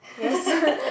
yes